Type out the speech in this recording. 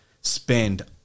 spend